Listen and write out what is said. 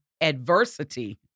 adversity